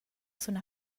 sun